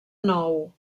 nou